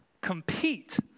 compete